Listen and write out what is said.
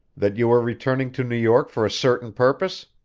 that you were returning to new york for a certain purpose.